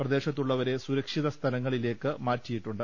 പ്രദേശത്തുള്ളവരെ സുരക്ഷിത സ്ഥലങ്ങളിലേക്ക് മാറ്റിയിട്ടുണ്ട്